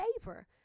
favor